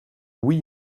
oui